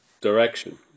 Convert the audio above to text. direction